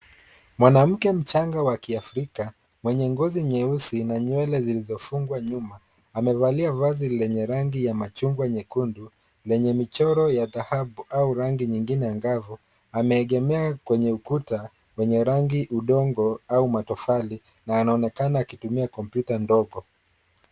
Mwanamke mchanga wa kiafrika mwenye ngozi nyeusi na nywele zilizofungwa nyuma amevalia vazi lenye rangi ya machungwa nyekundu, lenye michoro ya dhahabu au rangi nyingine angavu. Ameegemea kwenye ukuta wenye rangi, udongo au matofali na anaonekana akitumia kompyuta ndogo.